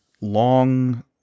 long